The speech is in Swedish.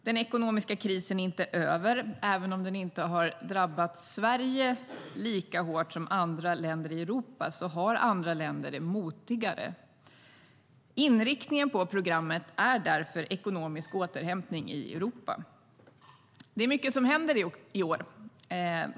Den ekonomiska krisen är inte över. Den har inte drabbat Sverige lika hårt som andra länder i Europa. Andra länder har det motigare. Inriktningen på programmet är därför ekonomisk återhämtning i Europa.Det är mycket som händer i år.